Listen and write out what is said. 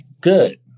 good